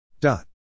Dot